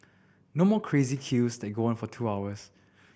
no more crazy queues that go on for two hours